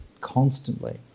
Constantly